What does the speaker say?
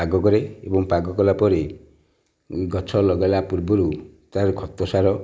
ପାଗ କରେ ଏବଂ ପାଗ କଲା ପରେ ଗଛ ଲଗାଇଲା ପୂର୍ବରୁ ତା'ର ଖତ ସାର